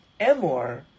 Emor